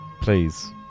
please